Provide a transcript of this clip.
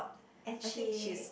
actually